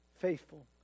faithful